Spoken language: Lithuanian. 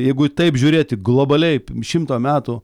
jeigu taip žiūrėti globaliai šimto metų